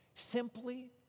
simply